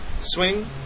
swing